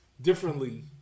differently